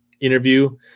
interview